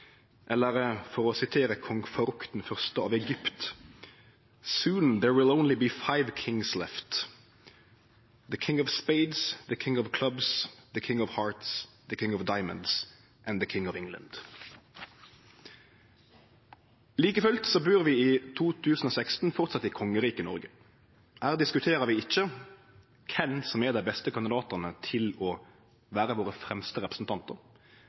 For å sitere kong Farouk I av Egypt: Soon there will be only five Kings left: the King of Spades, the King of Clubs, the King of Hearts, the King of Diamonds – and the King of England. Like fullt bur vi i 2016 framleis i kongeriket Noreg. Her diskuterer vi ikkje kven som er dei beste kandidatane til å vere våre fremste representantar